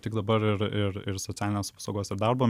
tik dabar ir ir socialinės apsaugos ir darbo